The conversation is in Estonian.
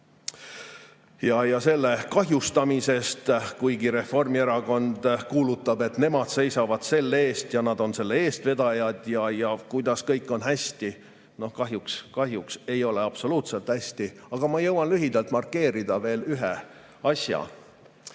selle kahjustamisest, kuigi Reformierakond kuulutab, et nemad seisavad selle eest ja nad on selle eestvedajad ja kõik on hästi. Kahjuks ei ole absoluutselt hästi. Aga ma jõuan lühidalt markeerida veel ühe asja.